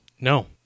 No